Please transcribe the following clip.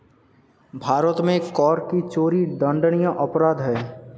भारत में कर की चोरी दंडनीय अपराध है